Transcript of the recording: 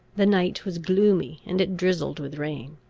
the night was gloomy, and it drizzled with rain.